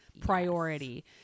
priority